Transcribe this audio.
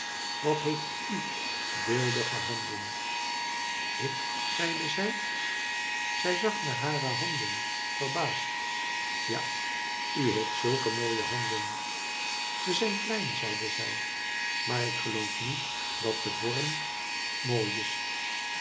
wat heeft u beeldige handen ik zeide zij zij zag naar hare handen verbaasd ja u heeft zuike mooie handen ze zijn klein zeide zij maar ik geloof niet dat de vorm mooi is